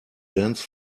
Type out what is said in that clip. dance